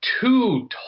two